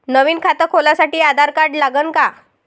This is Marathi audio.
नवीन खात खोलासाठी आधार कार्ड लागन का?